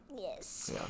Yes